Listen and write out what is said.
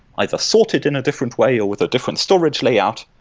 either sorted in a different way, or with a different storage layout.